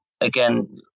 again